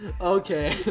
Okay